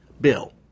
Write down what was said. Bill